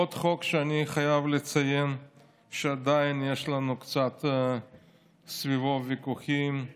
עוד חוק שאני חייב לציין שעדיין יש לנו סביבו קצת ויכוחים הוא